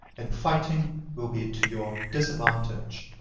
and fighting will be to your disadvantage.